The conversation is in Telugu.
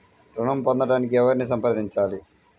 ఋణం పొందటానికి ఎవరిని సంప్రదించాలి?